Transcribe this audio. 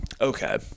Okay